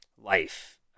life